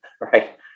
right